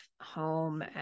home